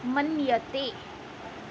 मन्यते